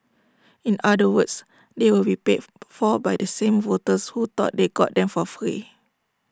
in other words they will be paid for by the same voters who thought they got them for free